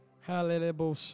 Hallelujah